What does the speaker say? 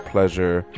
Pleasure